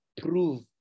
prove